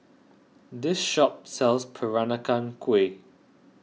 this shop sells Peranakan Kueh